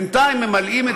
ובינתיים ממלאים את האוויר,